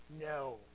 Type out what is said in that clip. No